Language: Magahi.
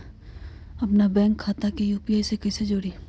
अपना बैंक खाता के यू.पी.आई से कईसे जोड़ी?